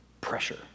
pressure